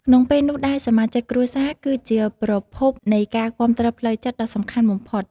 ក្នុងពេលនោះដែរសមាជិកគ្រួសារ គឺជាប្រភពនៃការគាំទ្រផ្លូវចិត្តដ៏សំខាន់បំផុត។